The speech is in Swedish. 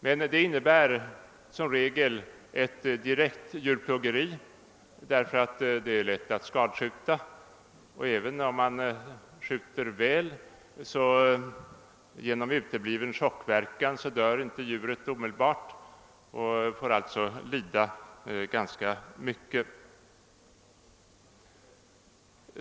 Men det innebär som regel ett direkt djurplågeri, ty det är lätt att skadskjuta djur. även om man skjuter väl dör inte djuret. omedelbart på grund av utebliven chockverkan; det får alltså lida ganska mycket.